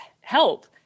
help